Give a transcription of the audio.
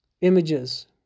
images